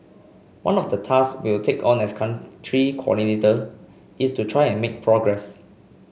one of the tasks we'll take on as Country Coordinator is to try and make progress